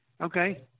okay